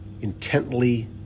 intently